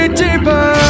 deeper